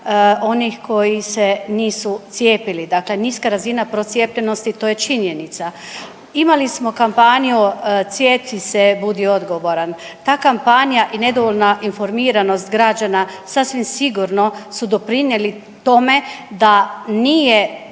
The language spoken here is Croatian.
onih koji se nisu cijepili? Dakle niska razina procijepljenosti to je činjenica. Imali smo kampanju „Cijepi se“, „Budi odgovoran“, ta kampanja i nedovoljna informiranost građana sasvim sigurno su doprinijeli tome da nije